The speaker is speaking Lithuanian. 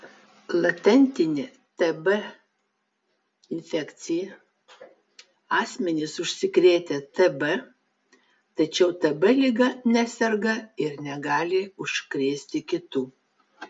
latentinė tb infekcija asmenys užsikrėtę tb tačiau tb liga neserga ir negali užkrėsti kitų